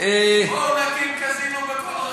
בואו נקים קזינו בכל רחוב.